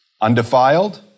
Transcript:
Undefiled